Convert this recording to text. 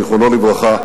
זיכרונו לברכה,